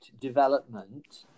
development